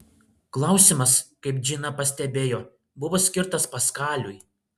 klausimas kaip džina pastebėjo buvo skirtas paskaliui